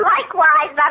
Likewise